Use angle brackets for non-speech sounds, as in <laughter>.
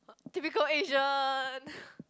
typical Asian <breath>